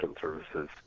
services